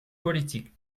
politique